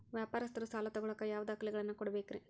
ವ್ಯಾಪಾರಸ್ಥರು ಸಾಲ ತಗೋಳಾಕ್ ಯಾವ ದಾಖಲೆಗಳನ್ನ ಕೊಡಬೇಕ್ರಿ?